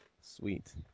Sweet